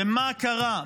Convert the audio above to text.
ומה קרה?